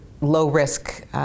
low-risk